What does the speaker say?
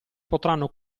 potranno